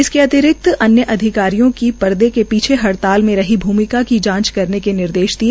इसके अतिरिक्त अन्य अधिकारियों की पर्दे के पीछे हड़ताल में रही भूमिका की जांच करने के निर्देश दिए